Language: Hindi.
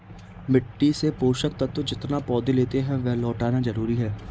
मिट्टी से पोषक तत्व जितना पौधे लेते है, वह लौटाना जरूरी है